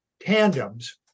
tandems